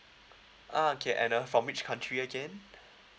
ah okay and uh from which country again